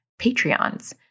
Patreons